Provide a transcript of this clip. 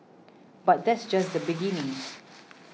but that's just the beginning